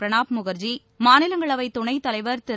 பிரணாப் முகர்ஜி மாநிலங்களவை துணைத் தலைவர் திரு